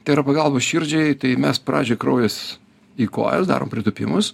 tai yra pagalba širdžiai tai mes pradžioj kraujas į kojas darom pritūpimus